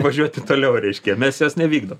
važiuoti toliau reiškia mes jos nevykdom